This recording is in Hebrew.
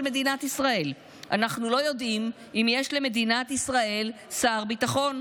מדינת ישראל אנחנו לא יודעים אם יש למדינת ישראל שר ביטחון.